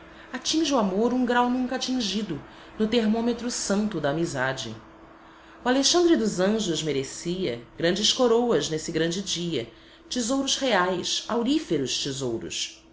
atinge o amor um grau nunca atingido no termômetro santo da amizade o alexandre dos anjos merecia grandes coroas nesse grande dia tesouros reais auríferos tesouros